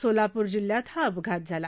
सोलापूर जिल्ह्यात हा अपघात झाला